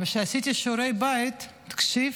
כשעשיתי שיעורי בית, תקשיב,